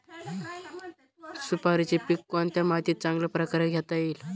सुपारीचे पीक कोणत्या मातीत चांगल्या प्रकारे घेता येईल?